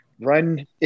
run